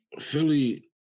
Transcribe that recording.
Philly